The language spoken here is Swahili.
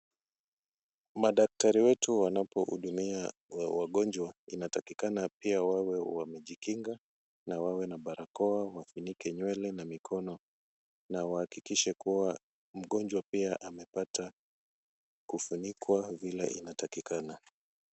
Madaktari wetu wanapohudumia wagonjwa, inatakikana pia wawe wamejikinga na wawe na barakoa, wafunike nywele na mikono na wahakikishe kuwa mgonjwa pia amepata kufunikwa vile inatakikana.